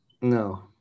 No